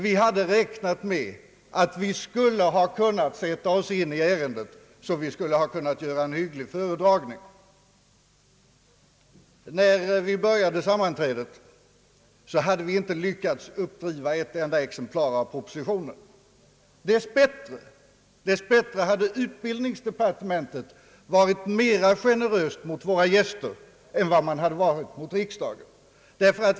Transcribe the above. Vi hade räknat med att vi skulle ha kunnat sätta oss in i frågorna så att vi skulle ha kunnat göra en hygglig föredragning. När vi började sammanträdet hade vi inte lyckats driva upp ett enda exemplar av propositionen. Dess bättre hade utbildningsdepartementet varit mera generöst mot våra gäster än vad det hade varit mot riksdagen.